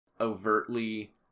overtly